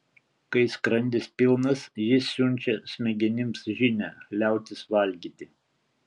kai skrandis pilnas jis siunčia smegenims žinią liautis valgyti